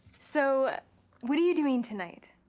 so what are you doing tonight?